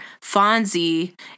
Fonzie